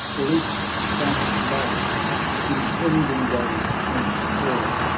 released from life's impending woes and care,